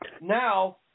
now